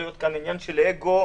להיות כאן עניין של אגו.